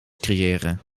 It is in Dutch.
creëren